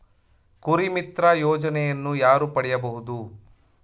ಕುರಿಮಿತ್ರ ಯೋಜನೆಯನ್ನು ಯಾರು ಪಡೆಯಬಹುದು?